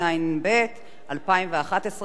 התשע"ב 2011,